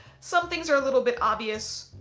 some things are a little bit obvious,